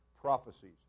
prophecies